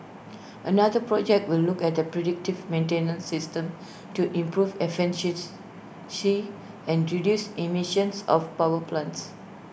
another project will look at the predictive maintenance system to improve efficiency she and reduce emissions of power plants